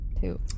two